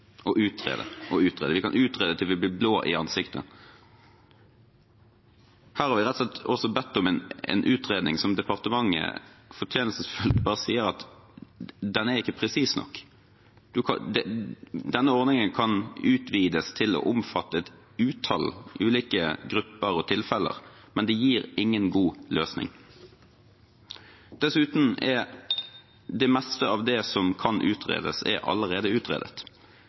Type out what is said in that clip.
utrede og utrede. Vi kan utrede til vi blir blå i ansiktet. Her har vi rett og slett bedt om en utredning som departementet fortjenstfullt sier ikke er presis nok. Denne ordningen kan utvides til å omfatte et utall ulike grupper og tilfeller, men det gir ingen god løsning. Dessuten er det meste av det som kan utredes, allerede utredet.